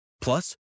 Plus